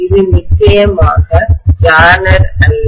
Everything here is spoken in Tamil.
இது நிச்சயமாக பிளானர் அல்ல